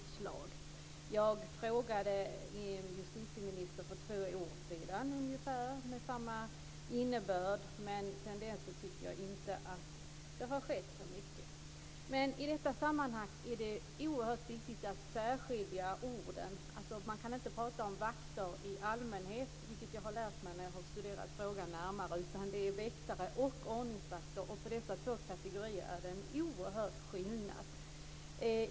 Jag ställde en fråga med samma innebörd till justitieministern för ungefär två år sedan, men sedan dess tycker jag inte att det har skett så mycket. I detta sammanhang är det oerhört viktigt att särskilja orden. Man kan alltså inte prata om vakter i allmänhet, vilket jag har lärt mig när jag har studerat frågan närmare. Det är ordningsvakter och väktare, och det är en oerhörd skillnad på dessa två kategorier.